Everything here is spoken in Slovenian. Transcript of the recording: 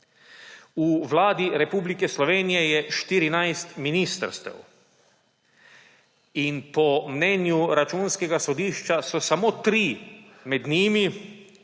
V Vladi Republike Slovenije je 14 ministrstev. Po mnenju Računskega sodišča so samo tri med njimi,